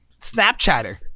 Snapchatter